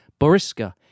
Boriska